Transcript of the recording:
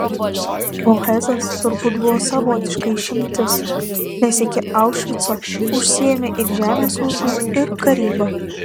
o hesas turbūt buvo savotiška išimtis nes iki aušvico užsiėmė ir žemės ūkiu ir karyba